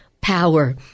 power